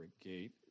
gate